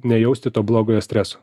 nejausti to blogojo streso